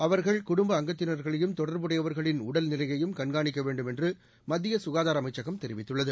அவர்கள் குடும்ப அங்கத்தினர்களையும் தொடர்புடையவர்களின் உடல் நிலையையும் கண்காணிக்க வேண்டும் என்று மத்திய சுகாதார அமைச்சகம தெரிவித்துள்ளது